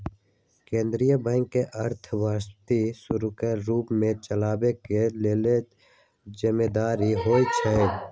केंद्रीय बैंक अर्थव्यवस्था सुचारू रूप से चलाबे के लेल जिम्मेदार होइ छइ